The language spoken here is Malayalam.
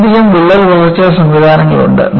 വളരെയധികം വിള്ളൽ വളർച്ചാ സംവിധാനങ്ങളുണ്ട്